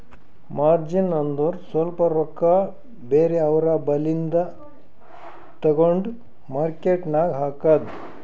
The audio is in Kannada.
ಮಾರ್ಜಿನ್ ಅಂದುರ್ ಸ್ವಲ್ಪ ರೊಕ್ಕಾ ಬೇರೆ ಅವ್ರ ಬಲ್ಲಿಂದು ತಗೊಂಡ್ ಮಾರ್ಕೇಟ್ ನಾಗ್ ಹಾಕದ್